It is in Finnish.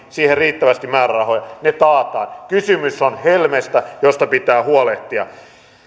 siihen riittävästi määrärahoja ne taataan kysymys on helmestä josta pitää huolehtia